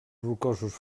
rocosos